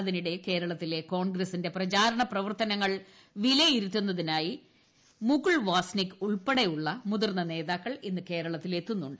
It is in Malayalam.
അതിനിടെ കേരളത്തിലെ കോൺഗ്രസ്സിന്റെ പ്രചാരണ പ്രവർത്തനങ്ങൾ വിലയിരുത്തുന്നതിനായി മുകൂൾ വാസ് നിക് ഉൾപ്പടെയുള്ള മുതിർന്ന നേതാക്കൾ ഇന്ന് കേരളത്തിലെത്തുന്നുണ്ട്